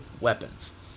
weapons